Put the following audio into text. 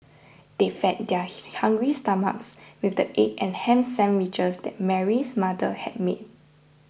they fed their hungry stomachs with the egg and ham sandwiches that Mary's mother had made